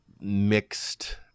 mixed